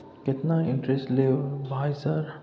केतना इंटेरेस्ट ले भाई सर?